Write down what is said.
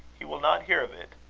he will not hear of it.